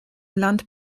land